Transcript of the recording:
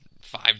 five